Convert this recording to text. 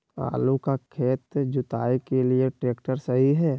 आलू का खेत जुताई के लिए ट्रैक्टर सही है?